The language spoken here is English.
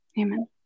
Amen